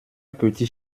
petits